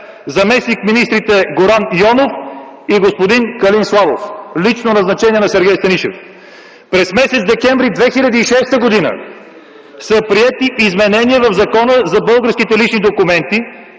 заместник-министрите Горан Йонов и господин Калин Славов, лично назначение на Сергей Станишев. През м. декември 2006 г. са приети изменения в Закона за българските лични документи